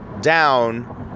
down